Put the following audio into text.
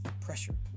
Pressure